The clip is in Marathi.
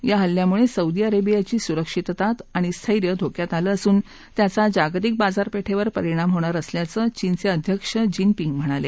या हल्ल्यामुळं सौदी अरेबियाची सुरक्षितता आणि स्थांधोक्यात आलं असून त्याचा जागतिक बाजारपेठेवरही परिणाम होणार असल्याचं चीनचे अध्यक्ष झी जिनपिंग म्हणाले